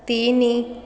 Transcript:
ତିନି